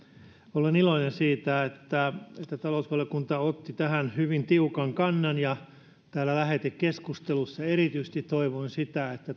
olen iloinen siitä että talousvaliokunta otti tähän hyvin tiukan kannan lähetekeskustelussa erityisesti toivoin sitä